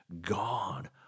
God